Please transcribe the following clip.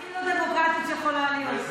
הכי לא דמוקרטית שיכולה להיות.